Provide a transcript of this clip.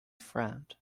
frowned